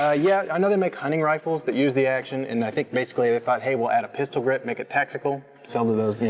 ah yeah, i know they make hunting rifles that use the action. and i think basically they thought, hey we'll add a pistol grid, make it tactical. sell to those,